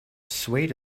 swayed